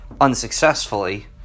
unsuccessfully